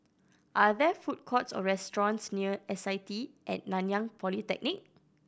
are there food courts or restaurants near S I T At Nanyang Polytechnic